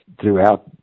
throughout